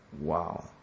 Wow